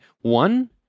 one